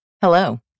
Hello